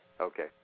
Okay